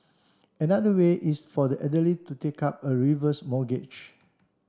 another way is for the elderly to take up a reverse mortgage